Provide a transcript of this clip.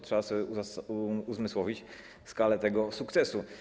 Trzeba sobie uzmysłowić skalę tego sukcesu.